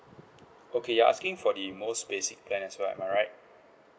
okay you're asking for the most basic plan as well am I right